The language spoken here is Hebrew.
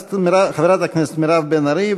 חברת הכנסת מירב בן ארי,